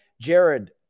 Jared